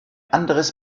anderes